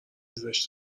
زشت